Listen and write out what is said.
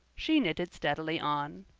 she knitted steadily on.